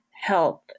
health